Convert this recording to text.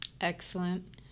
Excellent